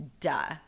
Duh